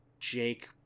jake